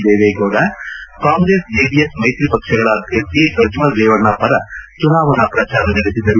Deve Gowda Congress JDS ಮೈತ್ರಿ ಪಕ್ಷಗಳ ಅಭ್ಯರ್ಥಿ ಪ್ರಜ್ವಲ್ ರೇವಣ್ಣ ಪರ ಚುನಾವಣಾ ಪ್ರಚಾರ ನಡೆಸಿದರು